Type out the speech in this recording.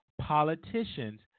politicians